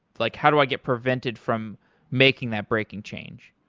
like how do i get prevented from making that breaking change?